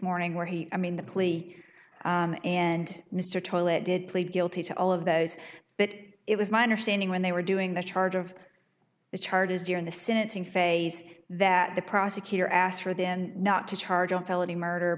morning where he i mean the plea and mr toilet did plead guilty to all of those but it was my understanding when they were doing the charge of the charges during the syncing phase that the prosecutor asked for them not to charge on felony murder